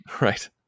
Right